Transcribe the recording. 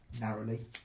narrowly